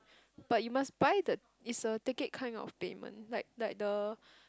but you must buy the it's a ticket kind of payment like like the